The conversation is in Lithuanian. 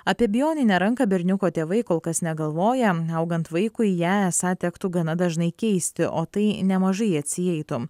apie bioninę ranką berniuko tėvai kol kas negalvoja augant vaikui ją esą tektų gana dažnai keisti o tai nemažai atsieitų